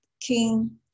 King